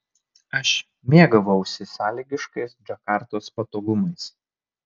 aš mėgavausi sąlygiškais džakartos patogumais